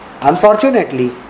Unfortunately